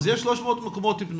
אפילו 300. אז יש 300 מקומות פנויים,